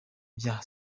bya